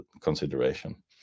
consideration